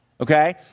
Okay